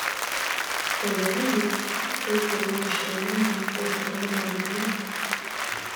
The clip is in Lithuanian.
o jeigu tai kurion šalelėn už kurio bernelio